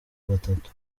batatu